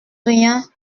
rien